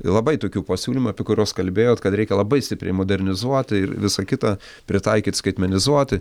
labai tokių pasiūlymų apie kuriuos kalbėjot kad reikia labai stipriai modernizuoti ir visa kita pritaikyt skaitmenizuoti